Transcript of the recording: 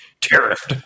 Tariff